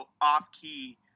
off-key